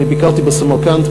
ביקרתי בסמרקנד,